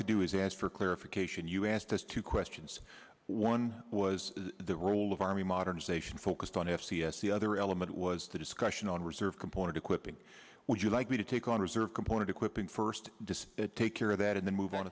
to do is ask for clarification you asked us two questions one was the role of army modernization focused on s c s the other element was the discussion on reserve component equipping would you like me to take on reserve component equipping first disc to take care of that and then move on